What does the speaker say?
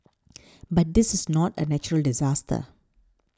but this is not a natural disaster